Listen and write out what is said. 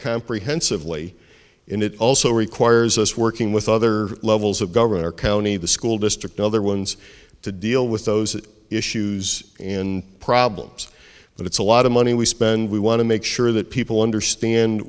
comprehensively and it also requires us working with other levels of government or county the school district other ones to deal with those issues in problems but it's a lot of money we spend we want to make sure that people understand